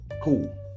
Cool